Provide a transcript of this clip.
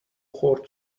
خورد